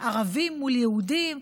ערבים מול יהודים.